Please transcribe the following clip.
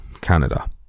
canada